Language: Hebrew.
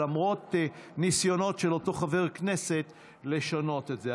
למרות ניסיונות של אותו חבר הכנסת לשנות את זה.